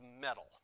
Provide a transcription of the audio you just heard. metal